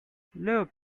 look